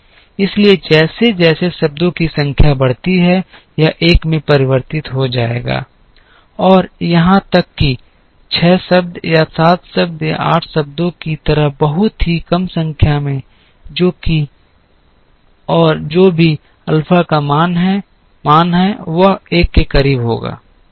इसलिए जैसे जैसे शब्दों की संख्या बढ़ती है यह 1 में परिवर्तित हो जाएगा और यहां तक कि 6 शब्द या 7 शब्द या 8 शब्दों की तरह बहुत ही कम संख्या में जो भी अल्फा का मान हो वह 1 के बहुत करीब होगा